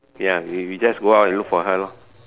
ya we we just go out look for her